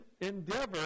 endeavor